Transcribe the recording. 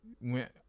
went